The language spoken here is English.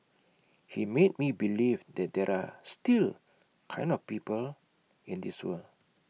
he made me believe that there are still kind of people in this world